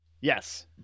Yes